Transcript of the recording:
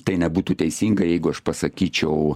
tai nebūtų teisinga jeigu aš pasakyčiau